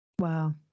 wow